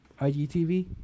igtv